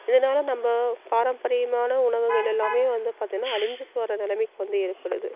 இதனால நம்ம பாரம்பரியமான உணவுகள் எல்லாம் வந்து பார்த்திங்கன்னா அழிஞ்சு போகிற நிலமைக்கு வந்து ஏற்படுது